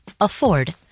afford